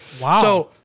Wow